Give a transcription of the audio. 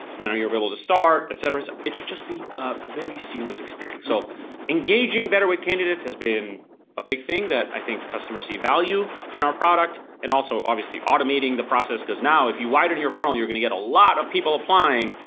when are you available to start, et cetera et cetera. it should just be a very seamless experience. so engaging better with candidates has been a big thing that i think customers see value in our product and also obviously automating the process cause now if you widen your following you're gonna get a lot of people applying.